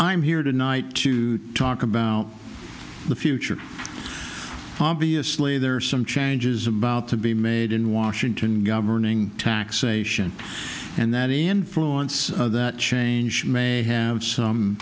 i'm here tonight to talk about the future obviously there are some changes about to be made in washington governing taxation and that influence that change may have some